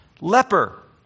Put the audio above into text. leper